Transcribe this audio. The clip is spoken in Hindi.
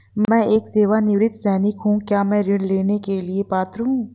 मैं एक सेवानिवृत्त सैनिक हूँ क्या मैं ऋण लेने के लिए पात्र हूँ?